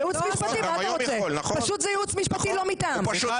אם הוא